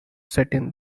setting